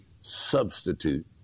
substitute